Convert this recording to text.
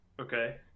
Okay